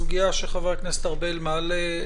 הסוגיה שחבר הכנסת ארבל מעלה,